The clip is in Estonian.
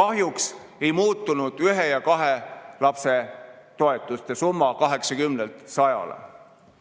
Kahjuks ei muutunud esimese ja teise lapse toetuste summa 80 eurolt